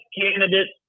candidates